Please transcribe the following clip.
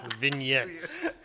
Vignettes